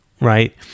Right